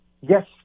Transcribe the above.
Yes